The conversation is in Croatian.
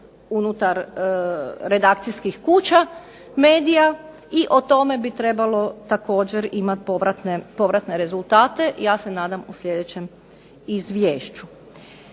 unutar redakcijskih kuća, medija i o tome bi trebalo također imati povratne rezultate, ja se nadam u sljedećem izvješću.